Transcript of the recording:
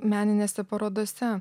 meninėse parodose